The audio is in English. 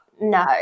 no